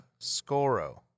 Scoro